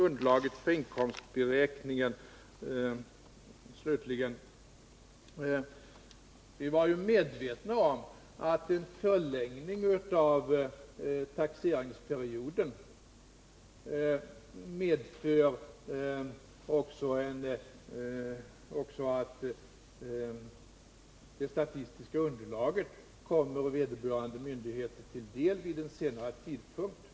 Underlaget för inkomstberäkningen, vidare: Vi var medvetna om att en förlängning av taxeringsperioden också medför att det statistiska underlaget kommer vederbörande myndighet till del vid en senare tidpunkt.